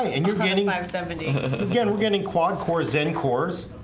you're getting seventy again. we're getting quad core zen course.